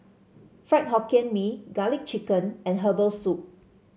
Fried Hokkien Mee garlic chicken and Herbal Soup